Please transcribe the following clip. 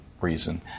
reason